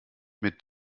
mit